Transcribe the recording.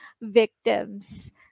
victims